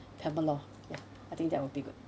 pomelo ya I think that would be good